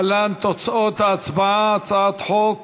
תוצאות ההצבעה על הצעת חוק